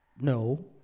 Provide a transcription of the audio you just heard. No